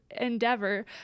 endeavor